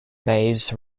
bays